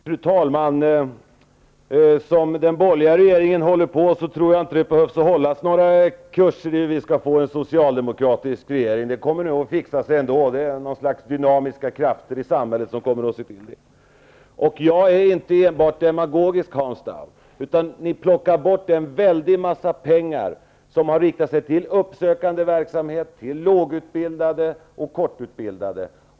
Fru talman! Som den borgerliga regeringen håller på, tror jag inte man behöver hålla några kurser i hur vi skall få en socialdemokratisk regering. Det kommer att fixa sig ändå. Det kommer dynamiska krafter i samhället att se till. Jag är inte enbart demagogisk, Hans Dau. Ni plockar bort en stor summa pengar för uppsökande verksamhet riktad till lågutbildade och kortutbildade.